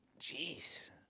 Jeez